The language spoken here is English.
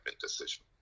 decision